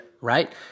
right